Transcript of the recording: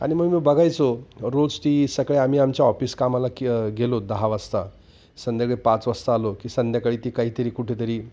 आणि मग मी बघायचो रोज ती सगळे आम्ही आमच्या ऑफिस कामाला की गेलो दहा वाजता संध्याकाळी पाच वाजता आलो की संध्याकाळी ती काहीतरी कुठेतरी